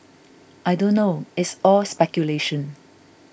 I don't know it's all speculation